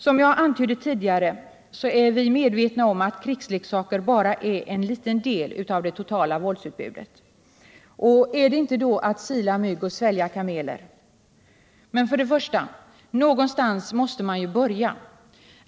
Som jag antydde tidigare är vi medvetna om att krigsleksaker bara är en liten del av det totala våldsutbudet. Är då inte detta att sila mygg och svälja kameler? Men någonstans måste man ju börja.